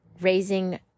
raising